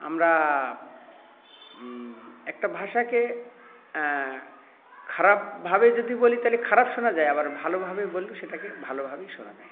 আমরা একটা ভাষাকে খারাপভাবে যদি বলি তালে খারাপ শোনা যায় আবার ভালোভাবে বললে সেটাকে ভালোভাবেই শোনা যায়